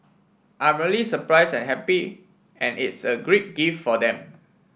I'm really surprise and happy and it's a great gift for them